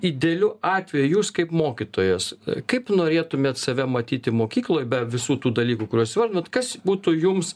idealiu atveju jūs kaip mokytojas kaip norėtumėt save matyti mokykloj be visų tų dalykų kuriuos įvardinot kas būtų jums